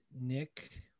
Nick